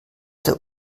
der